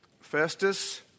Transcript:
Festus